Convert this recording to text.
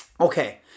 Okay